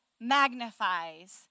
magnifies